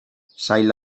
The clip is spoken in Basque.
sail